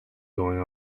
going